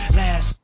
last